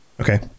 Okay